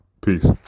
Peace